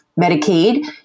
Medicaid